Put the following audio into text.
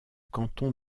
canton